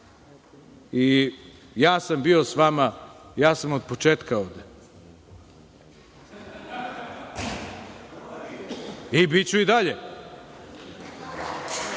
Ja sam bio s vama, ja sam od početka, i biću i dalje.